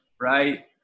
right